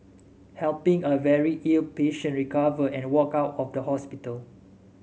helping a very ill patient recover and walk out of the hospital